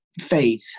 faith